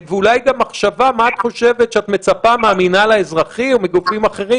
ואולי גם מה את חושבת שאת מצפה מהמינהל האזרחי או מגופים אחרים,